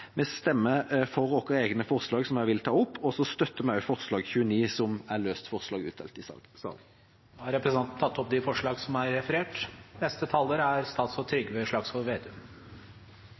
for våre egne forslag, som jeg vil ta opp, og så støtter vi også forslag nr. 29, som er et løst forslag utdelt i salen. Representanten Kjell Ingolf Ropstad har tatt opp de